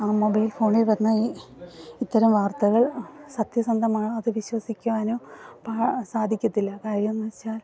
mobile ഫോണിൽ വരുന്ന ഈ ഇത്തരം വാർത്തകൾ സത്യസന്ധമാണോ അത് വിശ്വസിക്കുവാനും സാധിക്കത്തില്ല കാര്യമെന്നുവെച്ചാൽ